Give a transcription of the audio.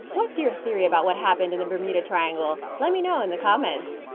what's your theory about what happened in the bermuda triangle? let me know in the comments!